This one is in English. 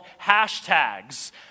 hashtags